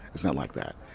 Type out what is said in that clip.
it's not like that.